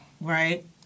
Right